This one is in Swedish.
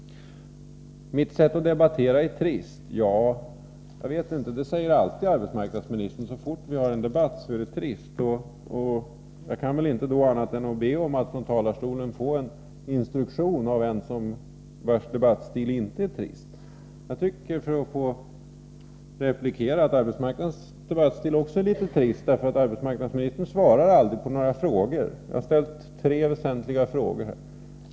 Mitt sätt att debattera är trist, säger arbetsmarknadsministern. Det säger alltid arbetsmarknadsministern — så fort vi har en debatt är det trist. Jag kan väl då inte göra annat än att be om att från talarstolen få en instruktion av en vars debattstil inte är trist. För att replikera tycker jag att arbetsmarknadsmi nisterns debattstil också är litet trist. Arbetsmarknadsministern svarade aldrig på några frågor — jag har i dag ställt tre väsentliga frågor.